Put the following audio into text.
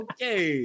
Okay